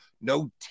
No